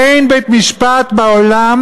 אין בית-משפט בעולם,